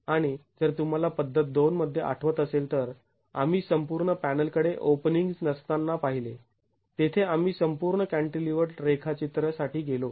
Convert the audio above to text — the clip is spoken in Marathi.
आणि जर तुम्हाला पद्धत २ मध्ये आठवत असेल तर आम्ही संपूर्ण पॅनल कडे ओपनिंग्स् नसताना पाहिले तेथे आम्ही संपूर्ण कॅण्टिलीवर्ड रेखाचित्रा साठी गेलो